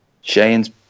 shane's